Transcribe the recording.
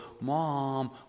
Mom